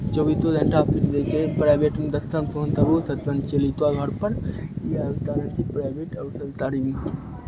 चौबीसो घण्टा फ्री रहै छै प्राइवेटमे तऽ जथन फोन तरू तथन चलि अयतौ घरपर इएह अन्तर छै प्राइवेट आओर थरतारीमे